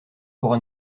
pourra